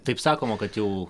taip sakoma kad jau